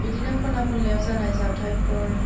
बिदिनो खना खनलायाव जानाय जाथायफोर